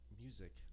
music